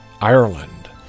Ireland